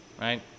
right